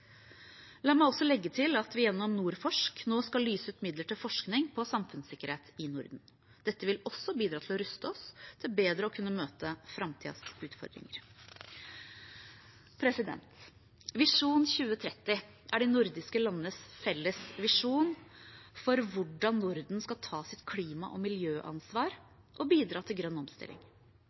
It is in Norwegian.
La meg også legge til at vi gjennom NordForsk nå skal lyse ut midler til forskning på samfunnssikkerhet i Norden. Dette vil også bidra til å ruste oss til bedre å kunne møte framtidens utfordringer. Visjon 2030 er de nordiske landenes felles visjon for hvordan Norden skal ta sitt klima- og miljøansvar og bidra til